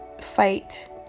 Fight